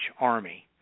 army